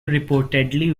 reportedly